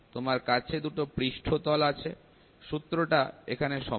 তোমার কাছে দুটো পৃষ্ঠতল আছে সূত্রটা এখানে সমান